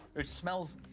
it smells.